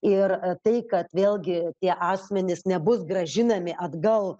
ir tai kad vėlgi tie asmenys nebus grąžinami atgal